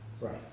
Right